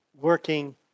working